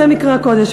זה מקרא קודש,